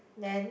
then